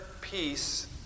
peace